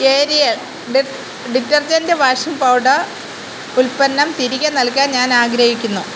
aerial detergent washing powder ഉൽപ്പന്നം തിരികെ നൽകാൻ ഞാൻ ആഗ്രഹിക്കുന്നു